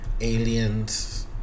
Aliens